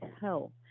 hell